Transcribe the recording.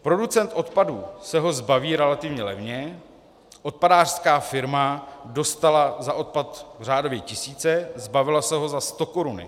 Producent odpadu se ho zbaví relativně levně, odpadářská firma dostala za odpad řádově tisíce, zbavila se ho za stokoruny.